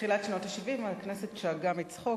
תחילת שנות ה-70, הכנסת שאגה מצחוק.